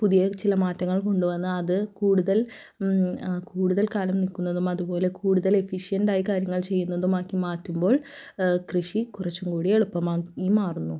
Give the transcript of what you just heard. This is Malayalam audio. പുതിയ ചില മാറ്റങ്ങൾ കൊണ്ട് വന്ന് അത് കൂടുതൽ കൂടുതൽ കാലം നിൽക്കുന്നതും അതുപോലെ കൂടുതൽ എഫിഷ്യൻറ് ആയി കാര്യങ്ങൾ ചെയ്യുന്നതുമാക്കി മാറ്റുമ്പോൾ കൃഷി കുറച്ചുംകൂടി എളുപ്പമാക്കി മാറുന്നു